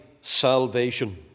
salvation